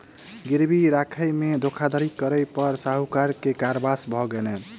गिरवी राखय में धोखाधड़ी करै पर साहूकार के कारावास भ गेलैन